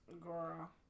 girl